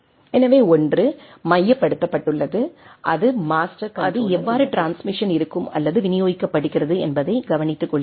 எனவே ஒன்று மையப்படுத்தப்பட்டுள்ளது ஒரு மாஸ்டர் கன்ட்ரோலர்உள்ளது அது எவ்வாறு ட்ரான்ஸ்மிசன் இருக்கும் அல்லது விநியோகிக்கப்படுகிறது என்பதை கவனித்துக்கொள்கிறது